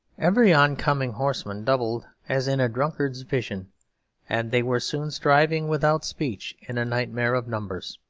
every oncoming horseman doubled as in a drunkard's vision and they were soon striving without speech in a nightmare of numbers.